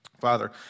Father